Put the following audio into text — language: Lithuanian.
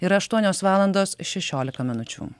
ir aštuonios valandos šešiolika minučių